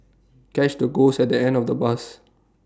catch the ghost at the end of the bus